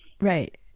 right